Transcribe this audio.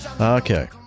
Okay